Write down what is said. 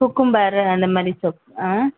cucumber அந்த மாதிரி soap ஆ